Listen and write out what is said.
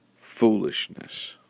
foolishness